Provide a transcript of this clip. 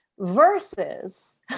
versus